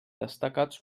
destacats